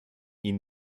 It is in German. ihm